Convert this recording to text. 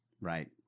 Right